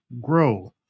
grow